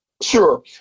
Sure